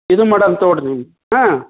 ಇದು ಮಾಡೋಣ ತಗೊಳ್ಳಿರಿ ನೀವು ಹಾಂ